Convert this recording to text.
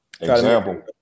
example